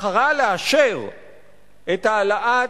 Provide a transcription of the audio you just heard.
בחרה לאשר את העלאת